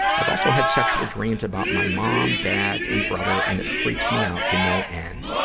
i've also had sexual dreams about my mom, dad, and brother and it freaks me out to no end.